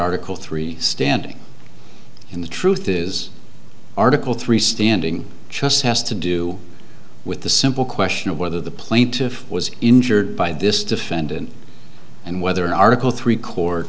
article three standing in the truth is article three standing just has to do with the simple question of whether the plaintiff was injured by this defendant and whether in article three court